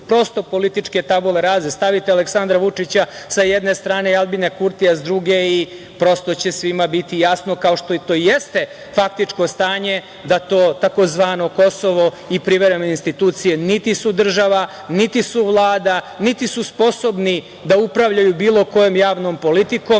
prosto, političke tabule raze, stavite Aleksandra Vučića sa jedne strane i Aljbina Kurtija s druge i prosto će svima biti jasno, kao što to i jeste faktičko stanje da to, tzv. Kosovo i privremene institucije niti su država, niti su vlada, niti su sposobni da upravljaju bilo kojom javnom politikom